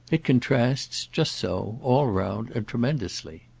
it contrasts just so all round, and tremendously.